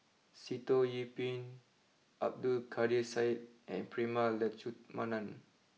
Sitoh Yih Pin Abdul Kadir Syed and Prema Letchumanan